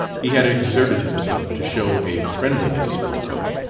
he had exerted himself to show a friendliness for cope,